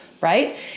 right